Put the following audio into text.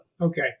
Okay